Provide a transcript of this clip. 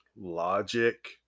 logic